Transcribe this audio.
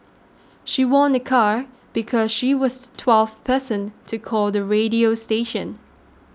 she won a car because she was twelfth person to call the radio station